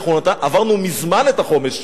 עברנו מזמן את החומש.